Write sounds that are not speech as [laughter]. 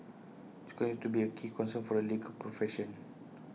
[unintelligible] continues to be A key concern for the legal profession